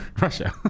Russia